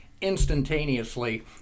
instantaneously